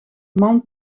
man